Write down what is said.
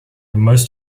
most